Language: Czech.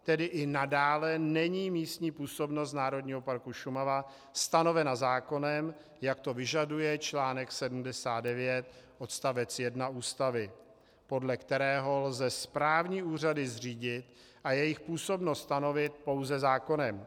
Tedy i nadále není místní působnost Národního parku Šumava stanovena zákonem, jak to vyžaduje čl. 79 odst. 1 Ústavy, podle kterého lze správní úřady zřídit a jejich působnost stanovit pouze zákonem.